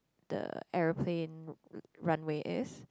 the aeroplane runway is